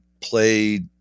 played